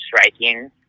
striking